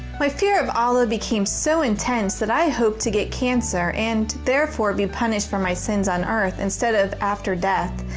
my fear of allah became so intense that i hoped to get cancer and therefore be punished for my sins on earth instead of after death.